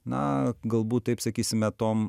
na galbūt taip sakysime tom